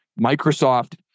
Microsoft